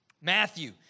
Matthew